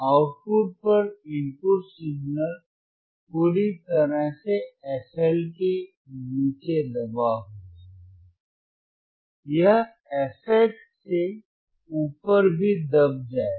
output पर input signal पूरी तरह से fL के नीचे दबा हुआ है यह fH से ऊपर भी दब जाएगा